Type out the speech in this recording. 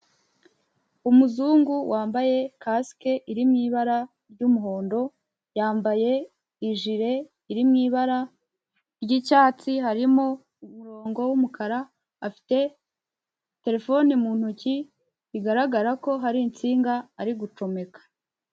Umuzungu wambaye kasike iri mu ibara ry'umuhondo, yambaye ijile iri mu ibara ry'icyatsi harimo umurongo w'umukara, afite terefone mu ntoki, bigaragara ko hari insinga ari gucomeka.